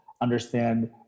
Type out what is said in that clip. understand